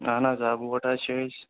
اَہَن حظ آ بوٹ حظ چھِ أسۍ